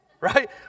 right